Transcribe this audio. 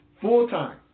full-time